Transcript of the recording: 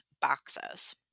boxes